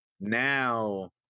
now